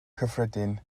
cyffredin